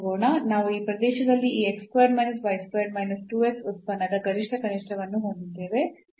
ನಾವು ಈ ಪ್ರದೇಶದಲ್ಲಿ ಈ ಉತ್ಪನ್ನದ ಗರಿಷ್ಠ ಕನಿಷ್ಠವನ್ನು ಹೊಂದಿದ್ದೇವೆ